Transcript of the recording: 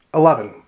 eleven